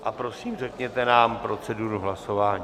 A prosím, řekněte nám proceduru k hlasování.